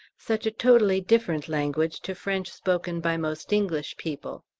such a totally different language to french spoken by most english people.